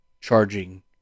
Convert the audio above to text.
charging